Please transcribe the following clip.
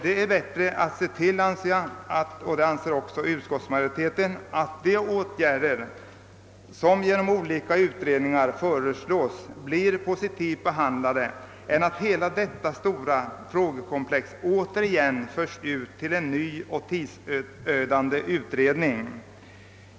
Det är bättre att se till att — och det anser också utskottsmajoriteten — de förslag som efter olika utredningar framlägges blir positivt behandlade än att hela detta stora frågekomplex återigen förs ut till en ny och tidsödande utredning.